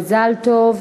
מזל טוב.